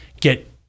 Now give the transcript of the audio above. get